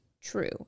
true